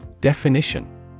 Definition